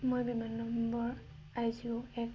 মই বিমান number I G O এক